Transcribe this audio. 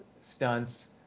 stunts